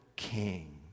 king